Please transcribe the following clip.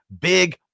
Big